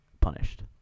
punished